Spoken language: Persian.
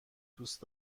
دوست